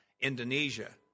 Indonesia